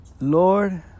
Lord